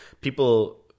people